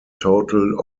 total